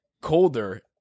colder